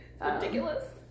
ridiculous